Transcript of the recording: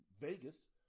Vegas